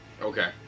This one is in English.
Okay